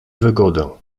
wygodę